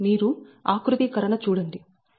మీరు ఆకృతీకరణ చూడండి